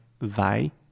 vai